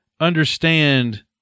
understand